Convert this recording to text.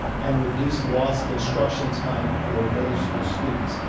and reduce loss of instruction time for middle school students.